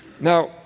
Now